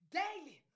daily